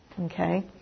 Okay